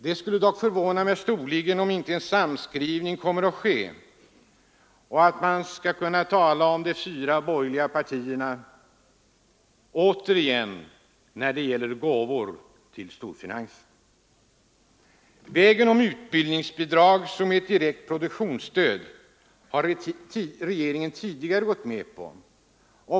Det skulle dock förvåna mig storligen, om inte en samskrivning kommer att ske, om man inte återigen skall kunna tala om de fyra borgerliga partierna när det gäller gåvor till storfinansen. Metoden med utbildningsbidrag som ett direkt produktionsstöd har regeringen tidigare gått med på.